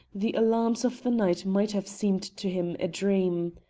the alarms of the night might have seemed to him a dream.